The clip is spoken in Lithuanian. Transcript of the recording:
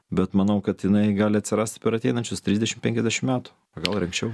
bet manau kad jinai gali atsirasti per ateinančius trisdešimt penkiasdešim metų o gal ir anksčiau